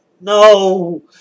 No